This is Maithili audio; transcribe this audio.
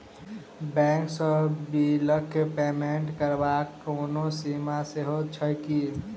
बैंक सँ बिलक पेमेन्ट करबाक कोनो सीमा सेहो छैक की?